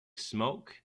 smoke